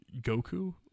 Goku